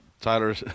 Tyler